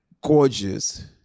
gorgeous